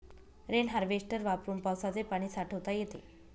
rain harvester वापरून पावसाचे पाणी साठवता येते